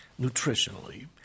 nutritionally